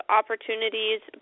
opportunities